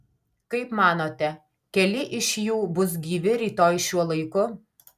kaip manote keli iš jų bus gyvi rytoj šiuo laiku